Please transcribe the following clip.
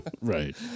Right